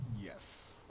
yes